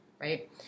Right